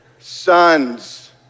sons